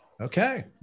Okay